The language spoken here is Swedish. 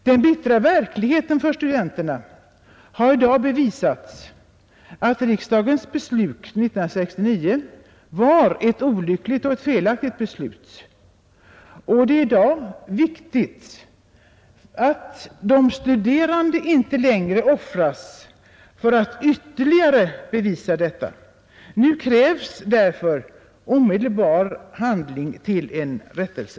Den bittra verkligheten för studenterna har i dag bevisat att riksdagens beslut 1969 var ett olyckligt och felaktigt beslut. Det är i dag viktigt att de studerande inte längre offras för att ytterligare bevisa detta. Nu krävs därför omedelbar handling till en rättelse.